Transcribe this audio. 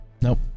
Nope